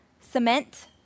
Cement